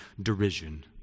derision